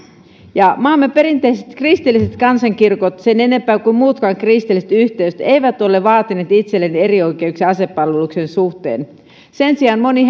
ja maamme perinteiset kristilliset kansankirkot sen enempää kuin muutkaan kristilliset yhteisöt eivät ole vaatineet itselleen erioikeuksia asepalveluksen suhteen sen sijaan moni